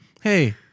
Hey